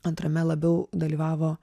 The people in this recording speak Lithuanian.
antrame labiau dalyvavo